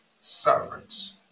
servants